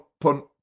punt